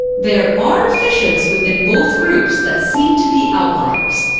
there are fishes within both groups that seem to be outliers.